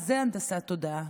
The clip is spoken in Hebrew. אז זה הנדסת תודעה.